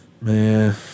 Man